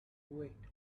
wait